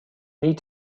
need